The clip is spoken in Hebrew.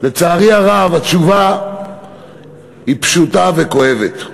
לצערי הרב התשובה היא פשוטה וכואבת.